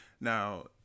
Now